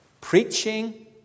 Preaching